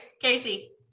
Casey